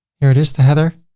here it is, the header.